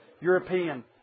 European